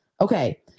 Okay